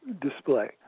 display